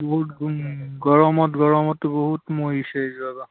বহুত গৰম গৰমত গৰমতো বহুত মৰিছে যোৱাবাৰ